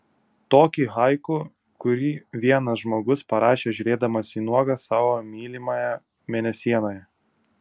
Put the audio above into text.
tokį haiku kurį vienas žmogus parašė žiūrėdamas į nuogą savo mylimąją mėnesienoje